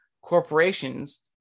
corporations